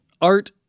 Art